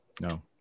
No